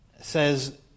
says